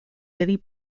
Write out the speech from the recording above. billy